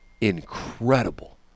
incredible